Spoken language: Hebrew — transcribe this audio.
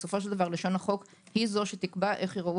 בסופו של דבר לשון החוק היא שתקבע איך ייראו